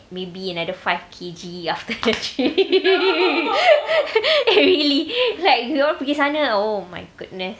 maybe another five K_G after kashmir eh really like we all pergi sana oh my goodness